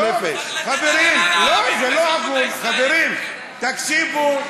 לא שלא, אבל קיימת, תקשיבו,